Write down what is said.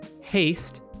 Haste